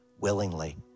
willingly